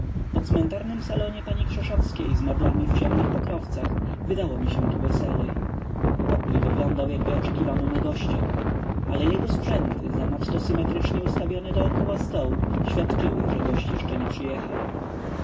po cmentarnym salonie pani krzeszowskiej z meblami w ciemnych pokrowcach wydało mi się tu weselej pokój wyglądał jakby oczekiwano na gościa ale jego sprzęty zanadto symetrycznie ustawione dokoła stołu świadczyły że gość jeszcze nie przyjechał